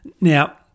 Now